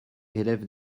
élèvent